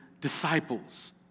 disciples